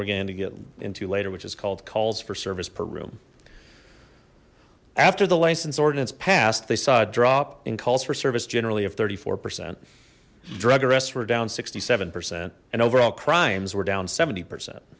we're going to get into later which is called calls for service per room after the license ordinance passed they saw a drop in calls for service generally of thirty four percent drug arrests were down sixty seven percent and overall crimes were down seventy